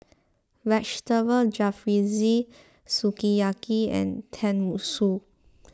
Vegetable Jalfrezi Sukiyaki and Tenmusu